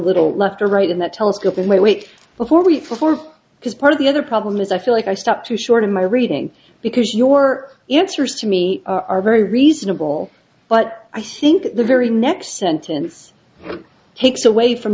little left or right in that telescope and wait wait before we perform because part of the other problem is i feel like i stopped too short in my reading because your interest to me are very reasonable but i think the very next sentence takes away from